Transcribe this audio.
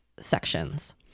sections